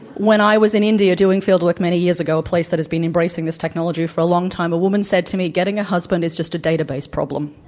when i was in india doing fieldwork many years ago, a place that had been embracing this technology for a long time, a woman said to me, getting a husband is just a database problem.